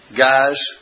guys